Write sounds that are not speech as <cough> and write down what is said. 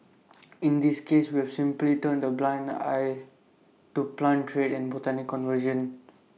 <noise> in this case we've simply turned A blind eye to plant trade and botanical conservation